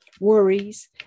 worries